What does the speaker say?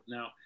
Now